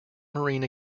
marine